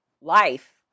life